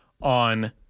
on